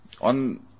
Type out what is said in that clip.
On